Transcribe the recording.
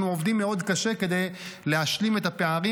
אנחנו עובדים קשה מאוד כדי להשלים את הפערים